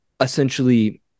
essentially